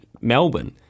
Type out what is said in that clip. Melbourne